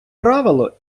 правило